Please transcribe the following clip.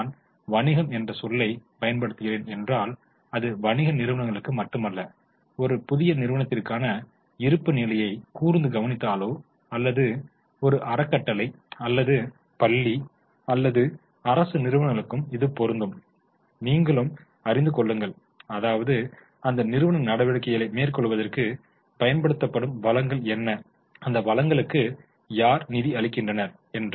நான் வணிகம் என்ற சொல்லைப் பயன்படுத்துகிறேன் என்றால் அது வணிக நிறுவனங்களுக்கு மட்டுமல்ல ஒரு புதிய நிறுவனத்திற்கான இருப்பு நிலையை கூர்ந்து கவனித்தாலோ அல்லது ஒரு அறக்கட்டளை அல்லது பள்ளி அல்லது அரசு நிறுவனங்களுக்கும் இது பொருந்தும் நீங்களும் அறிந்து கொள்ளுங்கள் அதாவது அந்த நிறுவன நடவடிக்கைகளை மேற்கொள்வதற்கு பயன்படுத்தப்படும் வளங்கள் என்ன அந்த வளங்களுக்கு யார் நிதி அளிக்கின்றனர் என்று